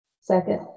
Second